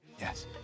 Yes